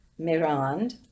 Mirand